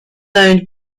owned